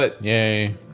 Yay